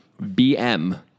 BM